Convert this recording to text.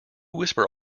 whisper